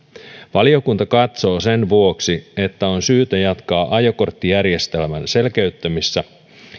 valiokunta katsoo sen vuoksi että on syytä jatkaa ajokorttijärjestelmän selkeyttämistä